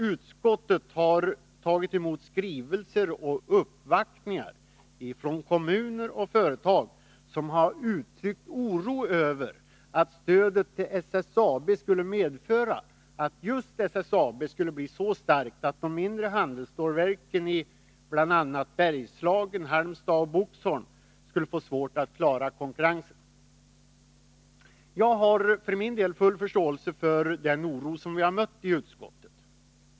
Utskottet har också tagit emot skrivelser och uppvaktningar från kommuner och företag, som har uttryckt oro över att stödet till SSAB skulle medföra att just SSAB skulle bli så starkt att de mindre handelsstålverken i bl.a. Bergslagen, Halmstad och Boxholm får svårt att klara konkurrensen. Jag har för min del full förståelse för den oro som vi har mött i utskottet.